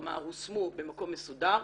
כלומר הושמו במקום מסודר,